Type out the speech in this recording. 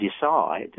decide